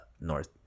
north